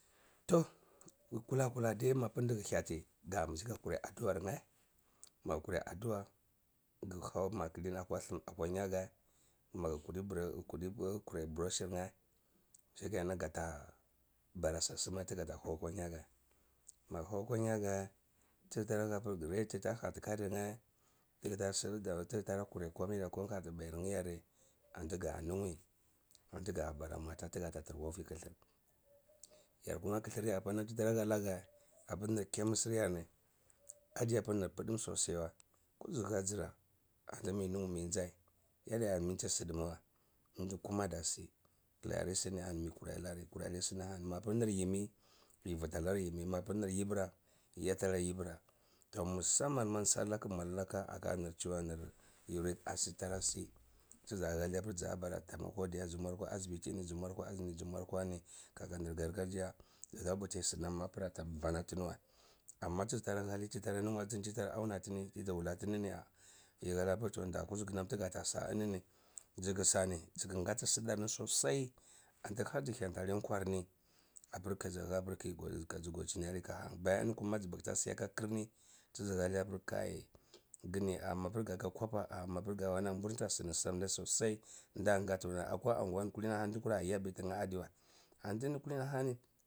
Toh kula kula dai mapr ndg hyati gambzi ka kurai aduwar nae mag kurai aduwa gham macline akwa tha akwa nya gaz mag kuri bru kari bru kuri brushir nae shike nan gata bara sr sma lg ta hankwa nya gaz mag lay kwa nygae tdtara hapr gneyti ta gr kati karirnae tgtura snrdar tg tara kurai komi da ko hati bayir nae yare antga nunwi antga har mwata tya trakwa vi kthr yar kuma kthr ya gumaati te tara halagae apr nr chemisir yarni adi apa nr pdm sosai wai kuzha zra adi miyi mi miyin zae yadiya minti sdae ma wai adkuma da si kurai yali sni yi kurai lari mapr nr yimi yi vta lar yimi mapr nr yibra yi ayata lar yibrae ga musamman ma sal lak mal laka aka nr ciwa ni uric acid tara si tza hali apr dza bara kzniwar akwa hsibiti zmwar kwa asibitini zmwar zwa azini zmwar keva ani ata nr garga jiya ga wuti sna apr ata mbana tini wai amma tz tara hali tiyi tara nuwa tiyi tara anaa lini tiyii tara wula tinini ya yi nahar apr tini nda kuzugu nam tga saini ni zk sani zkn gati sdarni sosai antic khati hyantani nkwar ni apr kaz hapr kazu godi chini ali ka han bay an ini mag buksi za siyaka ka ni tzhali apr kai gni ar mapr gaka kwapa mapr ga mbuna mburnta sni sr ni sosai ndangati akwa anguwan ndkura ndkura yabi tnae ndiwae anti ini kulini ahani.